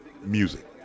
music